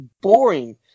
boring